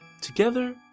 together